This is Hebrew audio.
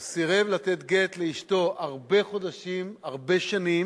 הוא סירב לתת גט לאשתו הרבה חודשים, הרבה שנים,